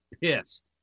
pissed